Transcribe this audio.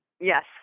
yes